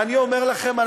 ואני אומר לכם,